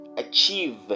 achieve